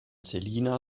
selina